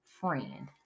friend